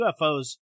UFOs